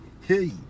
hey